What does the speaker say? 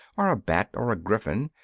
or a bat, or a griffin,